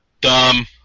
Dumb